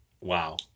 Wow